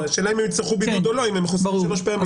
השאלה אם הם יצטרכו בידוד או לא אם הם מחוסנים שלוש פעמים.